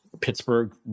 Pittsburgh